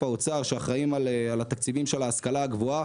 האוצר שאחראים על התקציבים של ההשכלה הגבוהה.